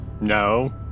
no